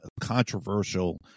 controversial